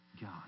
God